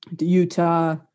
Utah